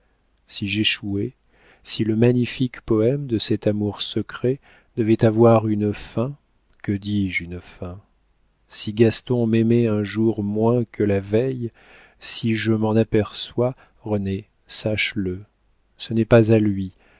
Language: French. si j'échouais si le magnifique poème de cet amour secret devait avoir une fin que dis-je une fin si gaston m'aimait un jour moins que la veille si je m'en aperçois renée sache-le ce n'est pas à lui